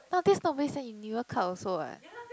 now that's not waste then in New Year card also what